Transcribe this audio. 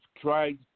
tried